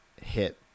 hit